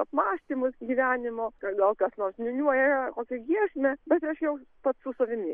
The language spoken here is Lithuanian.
apmąstymus gyvenimo kad gal kas nors niūniuoja kokią giesmę bet aš jau pats su savimi